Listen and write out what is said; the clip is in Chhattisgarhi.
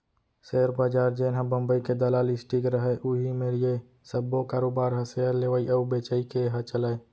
सेयर बजार जेनहा बंबई के दलाल स्टीक रहय उही मेर ये सब्बो कारोबार ह सेयर लेवई अउ बेचई के ह चलय